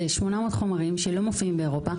זה 800 חומרים שלא מופיעים באירופה.